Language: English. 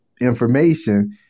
information